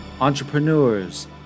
entrepreneurs